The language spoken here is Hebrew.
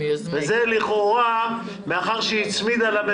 וזה לכאורה מאחר שהיא הצמידה את הצעת החוק